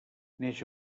neix